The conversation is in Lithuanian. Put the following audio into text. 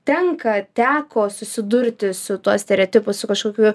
tenka teko susidurti su tuo stereotipu su kažkokiu